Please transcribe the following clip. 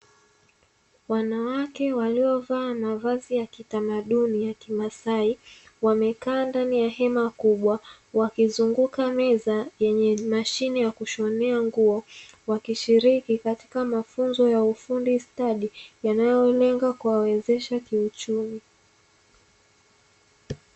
Wanawake waliovaa mavazi ya kitamaduni ya kimasai, wamekaa ndani ya hema kubwa, wakizunguka meza yenye mashine ya kushonea nguo, wakishiriki katika mafunzo ya ufundi stadi yanayolenga kuwawezesha kiuchumi.